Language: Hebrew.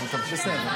אבל צריך לעצור את הזמן.